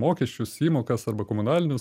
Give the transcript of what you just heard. mokesčius įmokas arba komunalinius